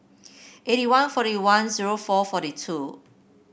eighty one forty one zero four forty two